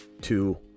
two